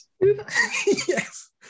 Yes